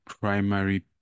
primary